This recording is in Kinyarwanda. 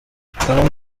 aho